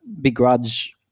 begrudge